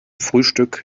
frühstück